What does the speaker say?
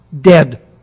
dead